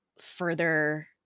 further